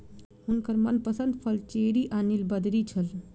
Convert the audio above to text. हुनकर मनपसंद फल चेरी आ नीलबदरी छल